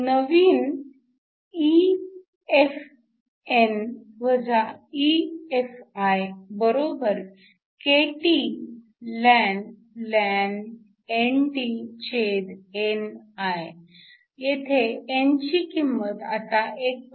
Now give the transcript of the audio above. नवीन EFn EFikTln NDni येथे n ची किंमत आता 1